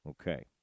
okay